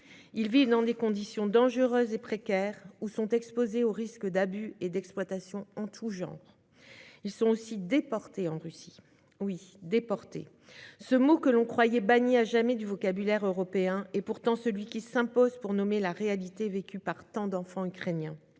ils vivent dans des conditions dangereuses et précaires ou sont exposés aux risques d'abus et d'exploitation en tout genre. Ils sont aussi déportés en Russie. Oui, déportés ! Ce mot, que l'on croyait banni à jamais du vocabulaire européen, est pourtant celui qui s'impose pour nommer la réalité vécue par tant d'enfants ukrainiens.